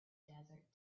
desert